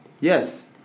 Yes